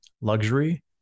luxury